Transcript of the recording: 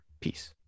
Peace